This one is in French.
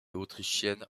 autrichienne